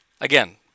again